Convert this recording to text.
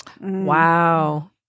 Wow